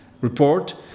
report